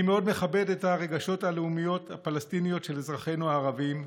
אני מאוד מכבד את הרגשות הלאומיים הפלסטיניים של אזרחינו הערבים,